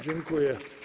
Dziękuję.